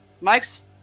Mike's